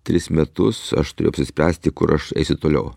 tris metus aš turėjau apsispręsti kur aš eisiu toliau